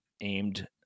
aimed